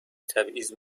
تبعیض